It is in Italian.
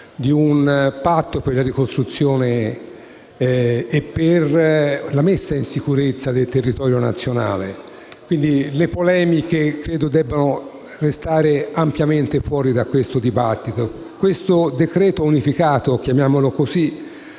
di un patto per la ricostruzione e per la messa in sicurezza del territorio nazionale. Quindi, credo che le polemiche debbano restare ampiamente fuori da questo dibattito. Il decreto unificato - chiamiamolo così